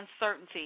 uncertainty